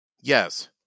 Yes